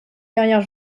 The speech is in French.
carrière